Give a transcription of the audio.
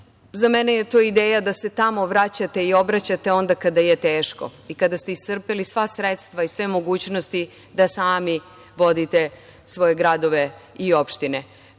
za mene je to ideja da se tamo vraćate i obraćate onda kada je teško i kada ste iscrpeli sva sredstva i sve mogućnosti da sami vodite svoje gradove i opštine.